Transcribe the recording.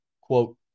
quote